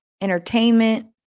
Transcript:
entertainment